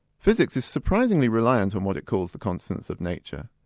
physics is surprisingly reliant on what it calls the constants of nature.